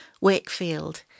Wakefield